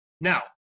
Now